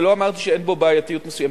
ולא אמרתי שאין בו בעייתיות מסוימת.